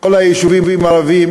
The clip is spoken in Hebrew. כל היישובים הערביים.